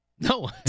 No